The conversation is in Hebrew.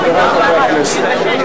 חברי חברי הכנסת,